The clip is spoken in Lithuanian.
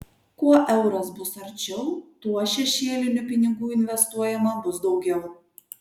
kuo euras bus arčiau tuo šešėlinių pinigų investuojama bus daugiau